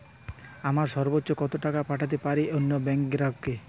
আমি সর্বোচ্চ কতো টাকা পাঠাতে পারি অন্য ব্যাংক র গ্রাহক কে?